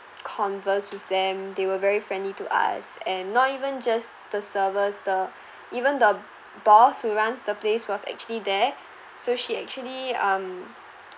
converse with them they were very friendly to us and not even just the servers the even the boss who runs the place was actually there so she actually um